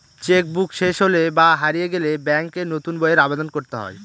cheque book শেষ হলে বা হারিয়ে গেলে ব্যাঙ্কে নতুন বইয়ের আবেদন করতে হয়